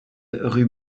rue